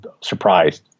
surprised